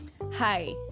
hi